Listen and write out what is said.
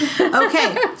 okay